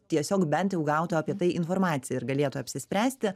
tiesiog bent jau gautų apie tai informaciją ir galėtų apsispręsti